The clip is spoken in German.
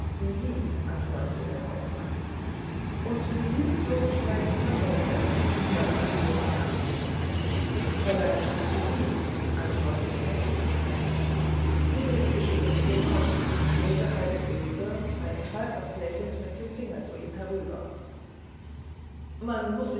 wie sie antwortete der hauptmann und die liebenswürdigste unterm monde sagte friederike anklingend fräulein wie sie antwortete er dankend friederike schüttelte den kopf und drohte halb böse halb schalkhaft lächelnd mit dem finger zu ihm herüber man muß